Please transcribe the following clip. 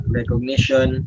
recognition